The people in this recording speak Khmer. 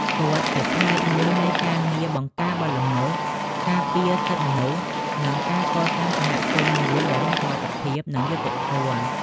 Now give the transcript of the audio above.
គាត់ជាផ្នែកមួយនៃការងារបង្ការបទល្មើស ការពារសិទ្ធិមនុស្ស និងការកសាងសហគមន៍មួយដែលមានសុវត្ថិភាព និងយុត្តិធម៌។